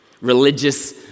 Religious